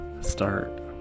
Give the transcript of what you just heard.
start